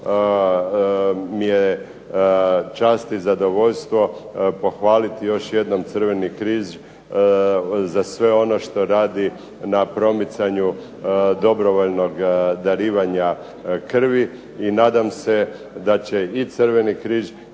mi je čast i zadovoljstvo pohvaliti još jednom Crveni križ za sve ono što radi na promicanju dobrovoljnog darivanja krvi. I nadam se da će i Crveni križ